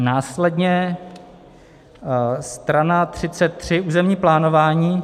Následně strana 33, územní plánování.